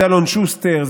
אלון שוסטר,